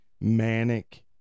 manic